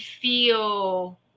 feel